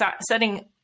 setting